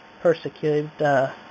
persecuted